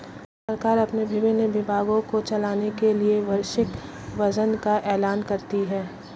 सरकार अपने विभिन्न विभागों को चलाने के लिए वार्षिक बजट का ऐलान करती है